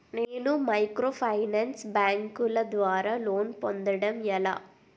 నేను మైక్రోఫైనాన్స్ బ్యాంకుల ద్వారా లోన్ పొందడం ఎలా?